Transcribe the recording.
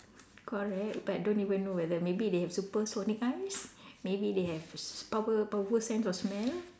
correct but don't even know whether maybe they have super sonic eyes maybe they have s~ power power sense of smell